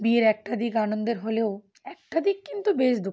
বিয়ের একটা দিক আনন্দের হলেও একটা দিক কিন্তু বেশ দুঃখ